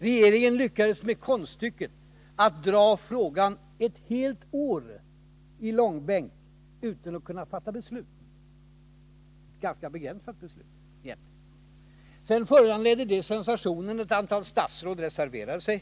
Regeringen lyckades med konststycket att dra frågan i långbänk ett helt år utan att kunna fatta beslut, och när beslutet kom var det egentligen ganska begränsat. Detta beslut föranledde sedan, sensationellt nog, att ett antal statsråd reserverade sig.